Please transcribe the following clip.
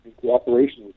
cooperation